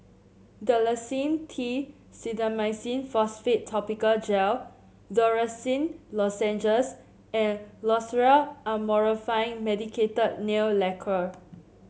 Dalacin T Clindamycin Phosphate Topical Gel Dorithricin Lozenges and Loceryl Amorolfine Medicated Nail Lacquer